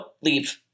leave